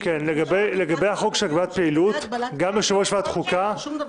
היא הוכיחה את זה גם בכנסות קודמות,